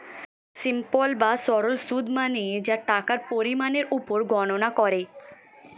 simple বা সরল সুদ মানে যা টাকার পরিমাণের উপর গণনা করে